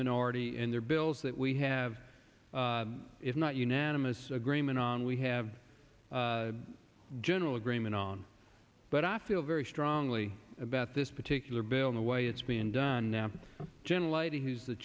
minority in their bills that we have is not unanimous agreement on we have general agreement on but i feel very strongly about this particular bill the way it's being done now general lighting who's the